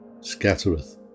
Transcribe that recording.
scattereth